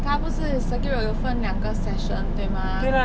它不是 circuit road 有分两个 section 对吗